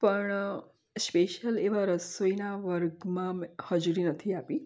પણ સ્પેશલ એવા રસોઇના વર્ગમાં મેં હાજરી નથી આપી